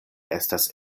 estas